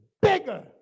bigger